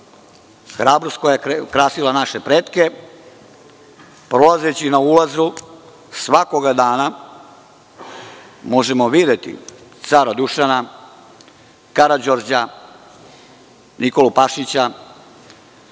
Hrabrost koja je krasila naše pretke. Prolazeći na ulazu svakoga dana možemo videti cara Dušana, Karađorđa, Nikolu Pašića.